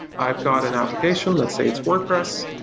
i've got an application, let's say it's wordpress,